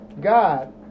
God